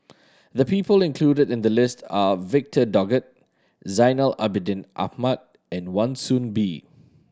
the people included in the list are Victor Doggett Zainal Abidin Ahmad and Wan Soon Bee